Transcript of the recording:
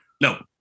no